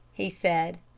he said.